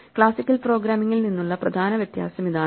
classical പ്രോഗ്രാമിംഗിൽ നിന്നുള്ള പ്രധാന വ്യത്യാസമിതാണ്